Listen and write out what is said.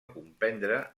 comprendre